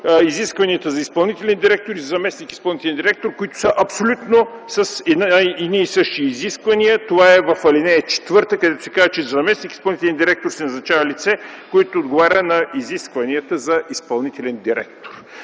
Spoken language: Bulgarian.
изискванията за изпълнителен директор и заместник-изпълнителен директор, които са с едни и същи изисквания. Това е в ал. 4, където се казва, че за заместник-изпълнителен директор се назначава лице, което отговаря на изискванията за изпълнителен директор.